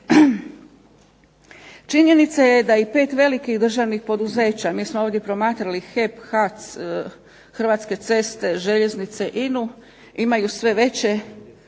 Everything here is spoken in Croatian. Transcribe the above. Činjenica je da 5 velikih državnih poduzeća, mi smo ovdje promatrali HEP, HAC, Hrvatske ceste, Željeznice, INA-u imaju sve veće